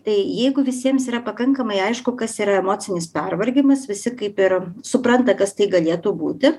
tai jeigu visiems yra pakankamai aišku kas yra emocinis pervargimas visi kaip ir supranta kas tai galėtų būti